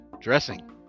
dressing